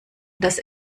das